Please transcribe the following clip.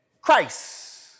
Christ